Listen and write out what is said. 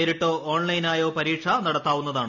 നേരിട്ടോ ഓൺലൈനായോ പരീക്ഷ നടത്താവുന്നതാണ്